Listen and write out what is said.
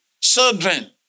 Children